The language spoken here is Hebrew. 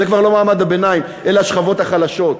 זה כבר לא מעמד הביניים, אלה השכבות החלשות.